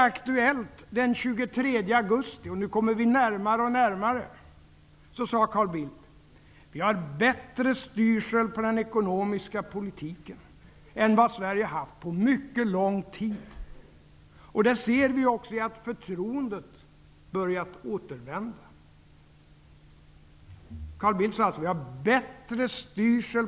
I Aktuellt den 23 augusti -- och nu kommer vi närmare och närmare -- sade Carl Bildt: Vi har bättre styrsel på den ekonomiska politiken än vad Sverige haft på mycket lång tid, och det ser vi också i att förtroendet börjat återvända.